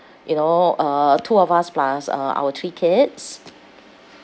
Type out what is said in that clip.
you know uh two of us plus uh our three kids